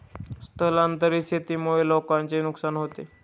स्थलांतरित शेतीमुळे लोकांचे नुकसान होते